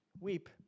weep